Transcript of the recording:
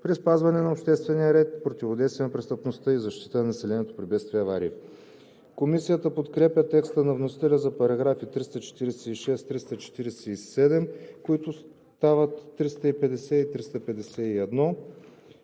при опазване на обществения ред, противодействие на престъпността и защита на населението при бедствия и аварии.“ Комисията подкрепя текста на вносителя за § 346, който става § 350.